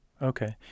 Okay